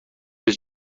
his